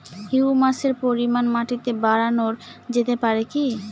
হিউমাসের পরিমান মাটিতে বারানো যেতে পারে কি?